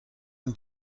und